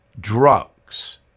drugs